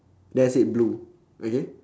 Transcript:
then I said blue okay